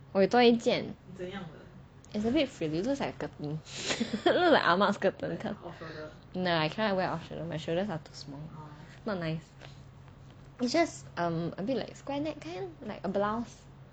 我有一件 it's a bit looks like 阿嫲 that kind nah I cannot wear off shoulder my shoulders are too small not nice it's just um abit like skynet kind like a blouse